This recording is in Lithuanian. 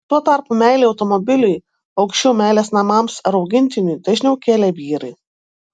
tuo tarpu meilę automobiliui aukščiau meilės namams ar augintiniui dažniau kėlė vyrai